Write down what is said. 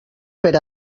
per